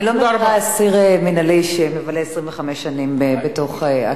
אני לא מכירה אסיר מינהלי שמבלה 25 שנים בכלא.